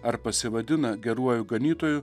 ar pasivadina geruoju ganytoju